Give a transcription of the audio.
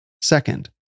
Second